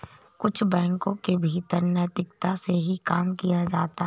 कुछ बैंकों के भीतर नैतिकता से ही काम किया जाता है